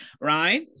right